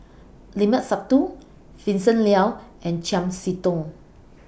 Limat Sabtu Vincent Leow and Chiam See Tong